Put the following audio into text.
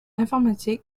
informatique